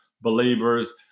believers